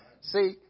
See